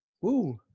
Woo